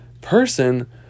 person